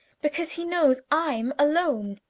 because he knows i'm alone.